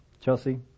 Chelsea